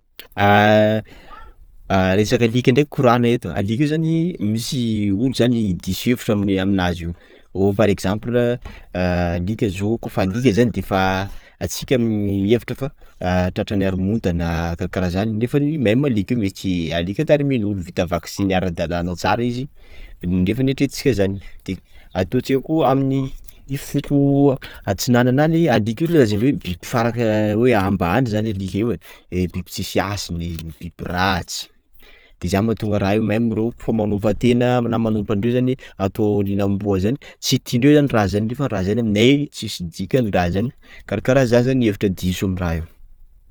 Ah ah resaka alika ndraiky zany korana eto, alika io zany misy olo zany diso hevitra amle- aminazy io, oh par exemple ah alika zao koa fa alika zany de fa ah antsika mihevitra fa tratran'ny aromontana karakarah zany nefany, même alika io mety alika tarimin'olo vita vaksiny ara-dalana tsara izy, efa hitantsika zany, de ataontsika koa amin'ny foko Antsinana any, alika io lazainy hoe biby faraky ambany zany alika io ai, e biby tsisy hasina, biby ratsy, de zany mahantonga raha io meme reo fa manompa tena na manompa ndreo zany atao lenamboa zany tsy tian-dreo zany raha zany, nefa raha zany aminay tsisy dikany raha zany, karakaraha zany, zany hevitra diso aminy raha io.